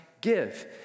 give